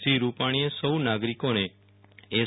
શ્રી રૂપાણીએ સૌ નાગરિકોને એસ